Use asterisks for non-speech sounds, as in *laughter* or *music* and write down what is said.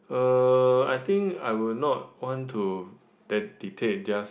uh I think I would not want to *noise* dictate just